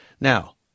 Now